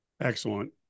Excellent